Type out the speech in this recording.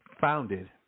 founded